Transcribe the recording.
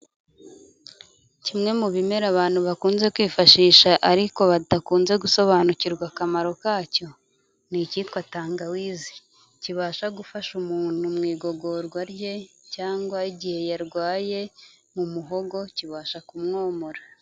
Kimwe mu bimera abantu bakunze kwifashisha ariko badakunze gusobanukirwa akamaro kacyo ni icyitwa tangawizi, kibasha gufasha umuntu mu igogorwa rye cyangwa igihe yarwaye mu muhogo kibasha kumwomora.